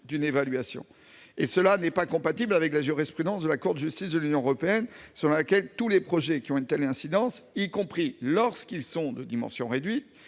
d'une évaluation. Cela ne serait pas compatible avec la jurisprudence de la Cour de justice de l'Union européenne, selon laquelle tous les projets ayant une telle incidence, y compris lorsqu'ils sont de dimension réduite,